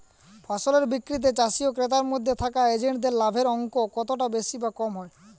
ফসলের বিক্রিতে চাষী ও ক্রেতার মধ্যে থাকা এজেন্টদের লাভের অঙ্ক কতটা বেশি বা কম হয়?